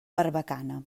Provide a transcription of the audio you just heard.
barbacana